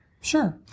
Sure